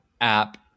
app